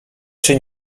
czy